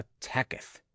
attacketh